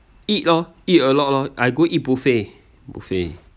eat lor eat a lot lor I go eat buffet buffet